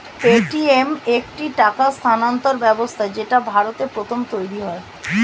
Paytm একটি টাকা স্থানান্তর ব্যবস্থা যেটা ভারতে প্রথম তৈরী হয়